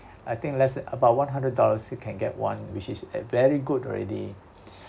I think less than about one hundred dollars you can get one which is uh very good already